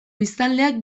biztanleak